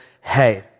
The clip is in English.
Hey